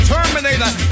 Terminator